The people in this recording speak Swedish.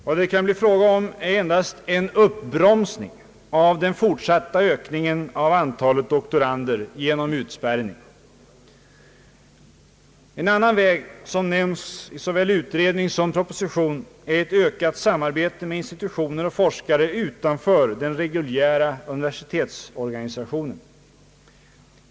Vad det kan bli fråga om är endast en uppbromsning av den fortsatta ökningen av antalet doktorander genom utspärrning. En annan väg som nämns i såväl utredning som proposition är ett ökat samarbete med institutioner och forskare utanför den reguljära universitetsorganisationen.